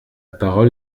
parole